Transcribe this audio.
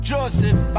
Joseph